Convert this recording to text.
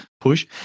push